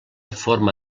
forma